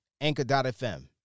Anchor.fm